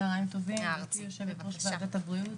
צוהריים טובים, גברתי יו"ר וועדת הבריאות,